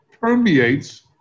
permeates